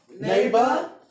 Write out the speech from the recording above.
Neighbor